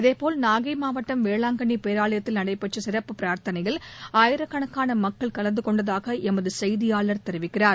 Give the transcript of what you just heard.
இதேபோல் நாகை மாவட்டம் வேளாங்கண்ணி பேராலயத்தில் நடைபெற்ற சிறப்பு பிரார்த்தனையில் ஆயிரக்கணக்கான மக்கள் கலந்து கொண்டதாக எமது செய்தியாளர் தெரிவிக்கிறார்